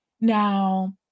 Now